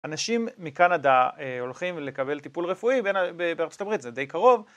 אנשים מקנדה הולכים לקבל טיפול רפואי בארצות הברית, זה די קרוב.